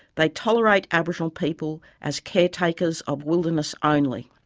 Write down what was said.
they tolerate aboriginal people as caretakers of wilderness only.